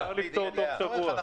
מיקי, האמירה שלך ברורה.